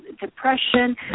depression